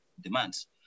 demands